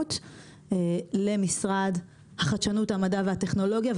החדשנות למשרד החדשנות, המדע והטכנולוגיה.